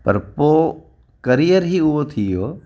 पर पोइ करीअर हीउ उहो थी वियो